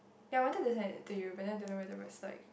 ya I wanted to send it to you but then don't know whether was like